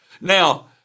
Now